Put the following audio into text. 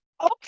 Okay